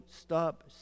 stop